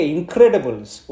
Incredibles